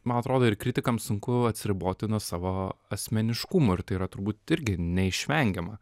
man atrodo ir kritikams sunku atsiriboti nuo savo asmeniškumų ir tai yra turbūt irgi neišvengiama